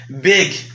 big